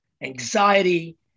anxiety